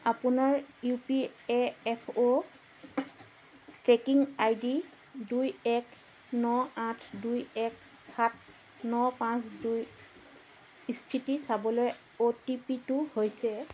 আপোনাৰ U P A F O tracking I D দুই এক ন আঠ দুই এক সাত ন পাঁচ দুইৰ স্থিতি চাবলৈ অ' টি পি টো হৈছে